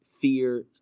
fear